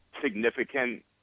significant